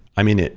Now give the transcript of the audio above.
i mean,